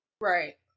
Right